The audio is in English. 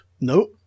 no